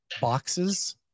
boxes